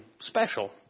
special